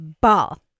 Ball